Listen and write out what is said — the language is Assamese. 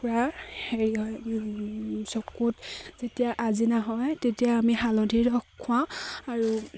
হেৰি হয় চকুত যেতিয়া আজিনা হয় তেতিয়া আমি হালধি ৰস খুৱাও আৰু